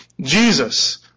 Jesus